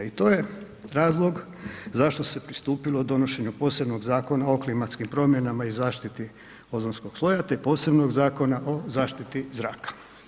I to je razlog zašto se pristupilo donošenju posebnog Zakona o klimatskim promjenama i zaštiti ozonskog sloja te posebnog zakona o zaštiti zraka.